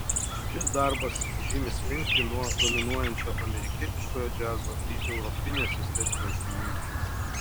šis darbas žymi slinktį nuo dominuojančio amerikietiškojo džiazo į europinės estetikos gimimą